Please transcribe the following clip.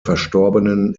verstorbenen